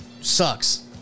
Sucks